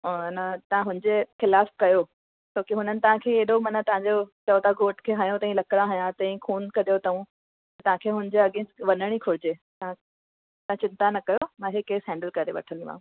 ऐं आहे न तव्हां हुनजे ख़िलाफ़ु कयो छोकी हुननि तव्हांखे हेॾो माना तव्हांजो चओ था घोटु खे हंयो अथईं लकिड़ा हंया अथईं ख़ून कढियो अथऊं तव्हांखे हुनजे अगेंस वञणु ई घुरिजे तव्हां तव्हां चिंता न कयो मां केस हेन्डल करे वठंदीमांव